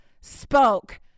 spoke